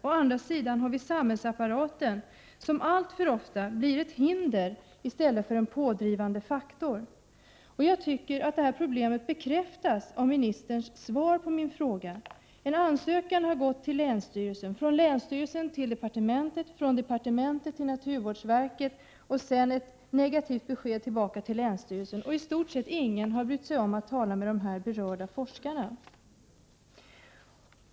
Å andra sidan har vi samhällsapparaten, som alltför ofta blir ett hinder i stället för en pådrivande faktor. Jag tycker att det här problemet bekräftas av ministerns svar på min fråga. En ansökan har gått till länsstyrelsen, från länsstyrelsen till departementet, från departementet till naturvårdsverket. Sedan har ett negativt besked gått tillbaka till länsstyrelsen, och i stort sett ingen har brytt sig om att tala med de berörda forskarna.